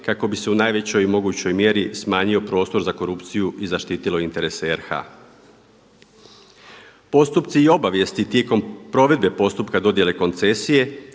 kako bi se u najvećoj mogućoj mjeri smanjio prostor za korupciju i zaštitilo interese RH. Postupci i obavijesti tijekom provedbe postupka dodjele koncesije,